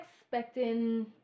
expecting